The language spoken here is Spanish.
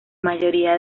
mayoría